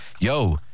Yo